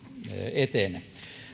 etene